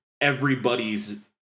everybody's